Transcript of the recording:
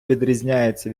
відрізняється